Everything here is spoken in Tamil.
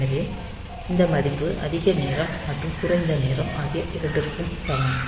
எனவே இந்த மதிப்பு அதிக நேரம் மற்றும் குறைந்த நேரம் ஆகிய இரண்டிற்கும் சமம்